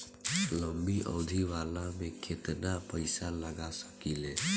लंबी अवधि वाला में केतना पइसा लगा सकिले?